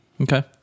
Okay